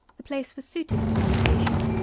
the place was suited to meditation.